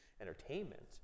entertainment